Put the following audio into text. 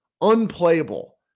unplayable